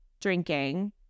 drinking